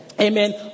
Amen